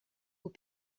aux